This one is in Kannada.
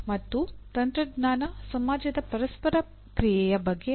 ಮತ್ತು ತಂತ್ರಜ್ಞಾನ ಸಮಾಜದ ಪರಸ್ಪರ ಕ್ರಿಯೆಯ ಬಗ್ಗೆ ಪಠ್ಯಕ್ರಮಗಳು ಇರಬಹುದು